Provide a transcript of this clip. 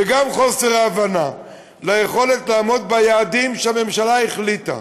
וגם חוסר הבנה של היכולת לעמוד ביעדים שהממשלה החליטה.